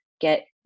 get